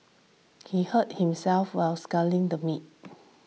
he hurt himself while slicing the meat